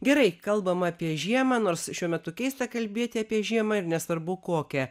gerai kalbam apie žiemą nors šiuo metu keista kalbėti apie žiemą ir nesvarbu kokią